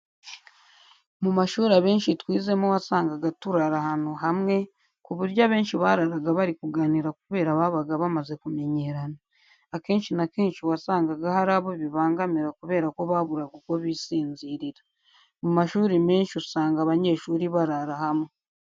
Mu mashuri abenshi twizemo wasangaga turara ahantu hamwe, ku buryo abenshi bararaga bari kuganira kubera babaga bamaze kumenyerana. Akenshi na kenshi wasangaga hari abo bibangamira kubera ko baburaga uko bisinzirira. Mu mashuri menshi usanga abanyeshuri barara hamwe.